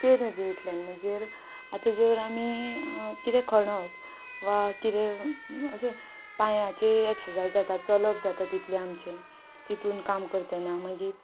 ते नजरेंतल्यान म्हणजेर आतां जर आमी कितें खणप वा कितें अशें पांयांचे एक्सर्सायज जाता चलप जाता तितलें आमचें तितून काम करतना मागीर